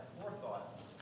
forethought